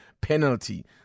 penalty